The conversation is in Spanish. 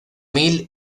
mill